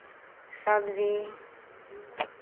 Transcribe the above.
सबजी